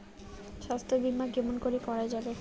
স্বাস্থ্য বিমা কেমন করি করা যাবে?